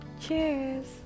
cheers